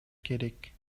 керек